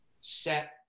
set